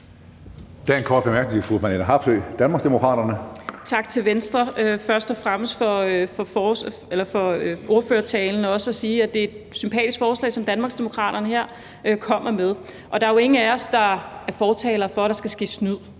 Tak til Venstre, først og fremmest for ordførertalen og også for at sige, at det er et sympatisk forslag, som Danmarksdemokraterne her kommer med. Der er jo ingen af os, der er fortalere for, at der skal ske snyd.